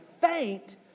faint